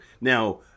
Now